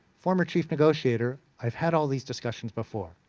former chief negotiator, i've had all of these discussions before,